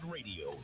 Radio